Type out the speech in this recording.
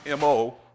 MO